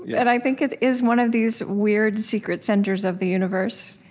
and i think it is one of these weird, secret centers of the universe.